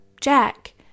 Jack